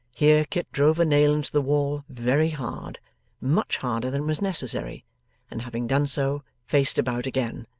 here kit drove a nail into the wall, very hard much harder than was necessary and having done so, faced about again.